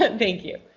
ah thank you,